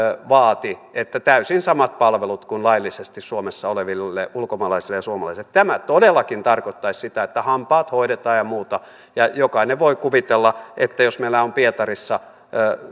vaativat täysin samoja palveluita kuin on laillisesti suomessa olevilla ulkomaalaisilla ja suomalaisilla tämä todellakin tarkoittaisi sitä että hampaat hoidetaan ja muuta jokainen voi kuvitella että jos meillä on pietarissa